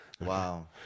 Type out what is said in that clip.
Wow